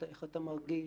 איך אתה מרגיש?